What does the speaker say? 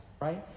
right